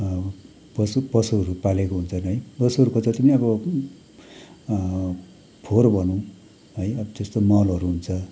पशु पशुहरू पालेको हुन्छन् है पशुहरूको जति पनि अब फोहोर भनौँ है त्यस्तो मलहरू हुन्छ